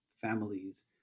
families